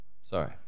sorry